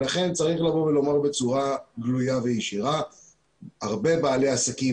לכן צריך לבוא ולומר בצורה גלויה וישירה שהרבה בעלי עסקים